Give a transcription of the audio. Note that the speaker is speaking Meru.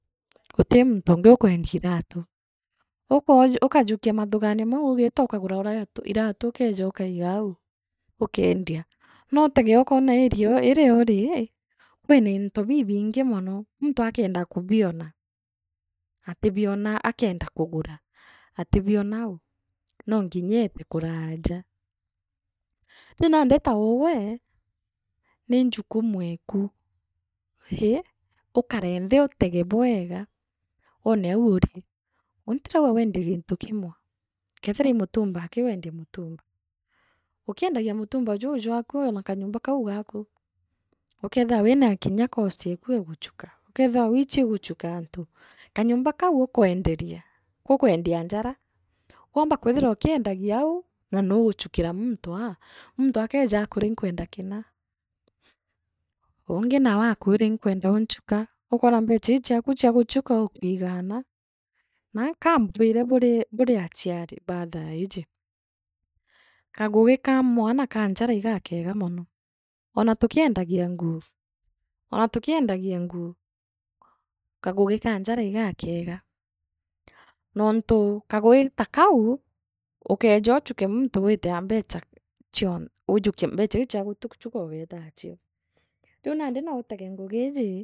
Guti muntu angi ukwendia iratu, ukooja ukajukia mathiganio mau ugreta ukagura oratu iraatu ukeeja ukaga au ukeendia. Noutege uko area oo iria uuri kwina into bibiingi mono muntu akeenda kubiona, atibiona akeenda kugura akeenda kugura atibiona au noo ngirya eete kuraaja riu nandi jaa ugwe ni njukumu eku ii akane nthi utege bwega wone au uri uni ntirauga weendie gintu kimwe keethira ii mutumba aki weendie mutumba ukiendagia mutumba juu jwaku ona kanyomba kau gaku ukeethia wira kinya kosi eku ee guchuka ukeethia wiiji guchuka antu kanyomba kau ukwenderia guukwedia anjara woomba kwithira uriendagia au na nuuguchukira muntu aa muntu akeeja aakwira inkwenda kina uungi nawe aakwiraa inkwenda unchuka ukwona mbecha iu chiaku chia guchuka ukwiga aana naa kaambwire buri buri achiani baathaiji kagugi kaa mwana kaa njara igakeega mono ona tukiendagia kagugi takau ukeeja uchuke muntu wiite aa mbecha chio ujukie mbecha iu chia guchuka wite achio riu nandi noutege ngugi iji.